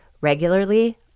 regularly